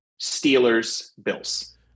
Steelers-Bills